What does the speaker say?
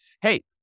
hey